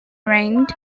rained